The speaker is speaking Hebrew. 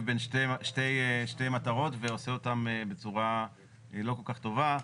בין שתי מטרות ועושה אותן בצורה לא כל כך טובה.